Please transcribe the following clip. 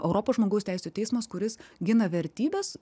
europos žmogaus teisių teismas kuris gina vertybes